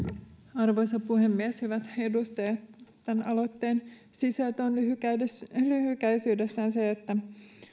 arvoisa puhemies hyvät edustajat tämän aloitteen sisältö on lyhykäisyydessään lyhykäisyydessään se että